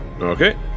Okay